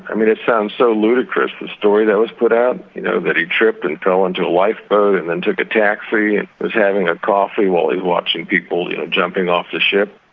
i mean, it sounds so ludicrous, the story that was put out you know, that he tripped and fell into a lifeboat and then took a taxi and was having a coffee while he was watching people you know jumping off the ship.